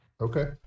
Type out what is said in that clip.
okay